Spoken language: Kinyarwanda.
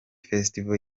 festival